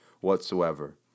whatsoever